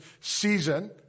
season